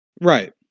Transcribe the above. right